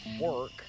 work